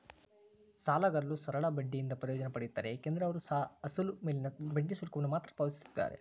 ಸಾಲಗಾರರು ಸರಳ ಬಡ್ಡಿಯಿಂದ ಪ್ರಯೋಜನ ಪಡೆಯುತ್ತಾರೆ ಏಕೆಂದರೆ ಅವರು ಅಸಲು ಮೇಲಿನ ಬಡ್ಡಿ ಶುಲ್ಕವನ್ನು ಮಾತ್ರ ಪಾವತಿಸುತ್ತಿದ್ದಾರೆ